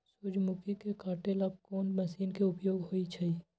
सूर्यमुखी के काटे ला कोंन मशीन के उपयोग होई छइ?